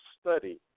study